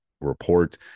report